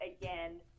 again